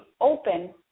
open